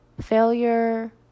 Failure